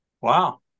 Wow